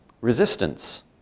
resistance